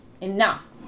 Enough